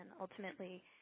ultimately